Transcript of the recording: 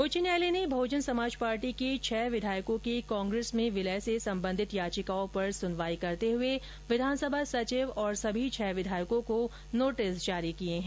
उच्च न्यायालय ने बहजन समाज पार्टी के छह विधायकों के कांग्रेस में विलय से संबंधित याचिकाओं पर सुनवाई करते हुए विधानसभा सचिव और सभी छह विधायकों को नोटिस जारी किये हैं